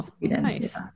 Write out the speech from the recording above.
Nice